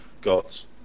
got